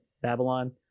Babylon